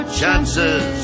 chances